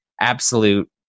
absolute